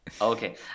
okay